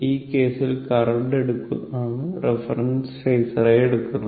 ഈ കേസിൽ കറന്റ് ആണ് റഫറൻസ് ഫേസറായി എടുക്കുന്നത്